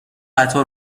قطار